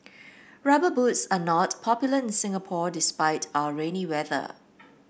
rubber boots are not popular in Singapore despite our rainy weather